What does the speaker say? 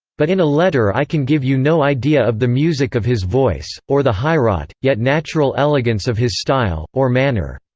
but in a letter i can give you no idea of the music of his voice, or the highwrought, yet natural elegance of his stile, or manner.